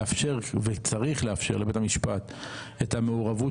לאפשר וצריך לאפשר לבית המשפט את המעורבות